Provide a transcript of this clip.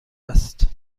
است